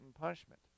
punishment